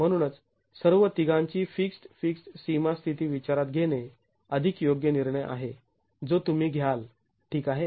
म्हणूनच सर्व तिघांची फिक्स्ड् फिक्स्ड् सीमा स्थिती विचारात घेणे अधिक योग्य निर्णय आहे जो तुम्ही घ्याल ठीक आहे